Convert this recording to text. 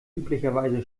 üblicherweise